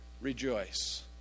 Rejoice